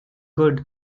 good